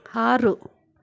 ಆರು